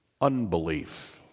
unbelief